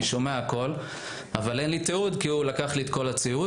אני שומע הכול אבל אין לי תיעוד כי הוא לקח לי את כל הציוד.